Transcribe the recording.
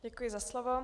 Děkuji za slovo.